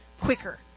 quicker